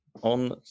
on